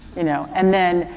you know? and then,